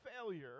failure